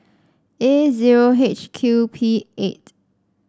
A zero H Q P eight